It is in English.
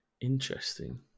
Interesting